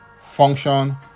function